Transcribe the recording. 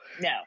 No